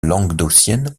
languedocienne